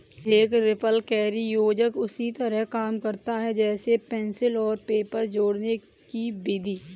एक रिपलकैरी योजक उसी तरह काम करता है जैसे पेंसिल और पेपर जोड़ने कि विधि